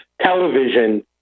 television